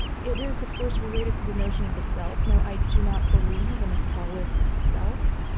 it is, of course, related to the notion of the self. now, i do not believe in a solid self,